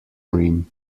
cream